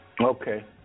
Okay